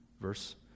Verse